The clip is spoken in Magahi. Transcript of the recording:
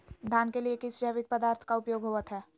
धान के लिए किस जैविक पदार्थ का उपयोग होवत है?